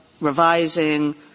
revising